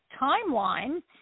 timeline